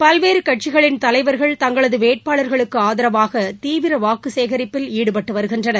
பல்வேறு கட்சிகளின் தலைவர்கள் தங்களது வேட்பாளர்களுக்கு ஆதரவாக தீவிர வாக்குசேகரிப்பில் ஈடுபட்டு வருகின்றனர்